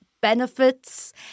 benefits